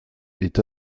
est